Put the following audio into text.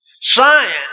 Science